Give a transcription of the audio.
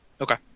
Okay